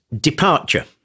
departure